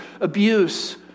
abuse